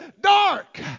dark